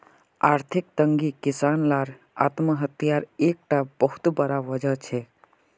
आर्थिक तंगी किसान लार आत्म्हात्यार एक टा बहुत बड़ा वजह छे